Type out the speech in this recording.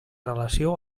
relació